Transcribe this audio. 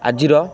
ଆଜିର